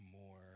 more